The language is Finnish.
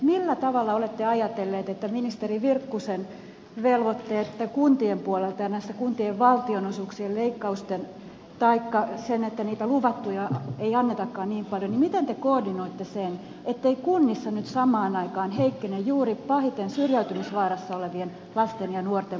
millä tavalla olette ajatellut kun on ministeri virkkusen velvoitteet kuntien puolelta ja nämä kuntien valtionosuuksien leikkaukset se että niitä luvattuja ei annetakaan niin paljon miten te koordinoitte sen ettei kunnissa nyt samaan aikaan heikkene juuri pahiten syrjäytymisvaarassa olevien lasten ja nuorten palvelut